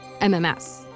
MMS